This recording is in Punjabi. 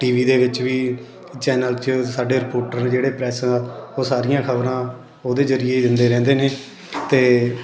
ਟੀ ਵੀ ਦੇ ਵਿੱਚ ਵੀ ਚੈਨਲ 'ਚ ਸਾਡੇ ਰਿਪੋਰਟਰ ਜਿਹੜੇ ਪ੍ਰੈੱਸ ਆ ਉਹ ਸਾਰੀਆਂ ਖਬਰਾਂ ਉਹਦੇ ਜ਼ਰੀਏ ਦਿੰਦੇ ਰਹਿੰਦੇ ਨੇ ਅਤੇ